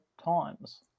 times